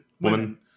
Woman